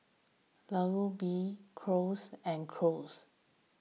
Alu Gobi Gyros and Gyros